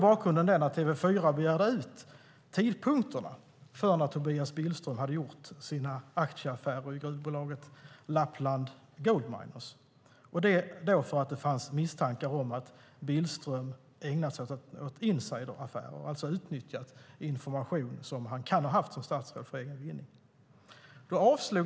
Bakgrunden var att TV4 begärde ut tidpunkterna för när Tobias Billström hade gjort sina aktieaffärer i gruvbolaget Lappland Goldminers eftersom det fanns misstankar om att Billström ägnat sig åt insideraffärer och alltså hade utnyttjat information, som han kan ha haft som statsråd, för egen vinning.